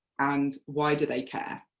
and why do they care?